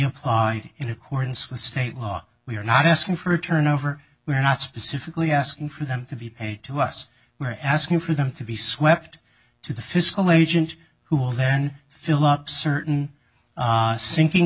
applied in accordance with state law we are not asking for a turnover we are not specifically asking for them to be paid to us we are asking for them to be swept to the fiscal agent who will then fill up certain sinking